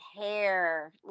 hair